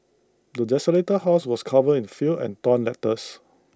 the desolated house was covered in filth and torn letters